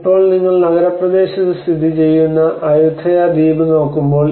ഇപ്പോൾ നിങ്ങൾ നഗരപ്രദേശത്ത് സ്ഥിതിചെയ്യുന്ന ആയുത്തായ ദ്വീപ് നോക്കുമ്പോൾ